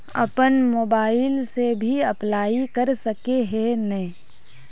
अपन मोबाईल से भी अप्लाई कर सके है नय?